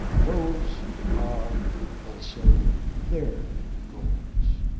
those are also their goals.